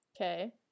Okay